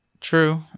True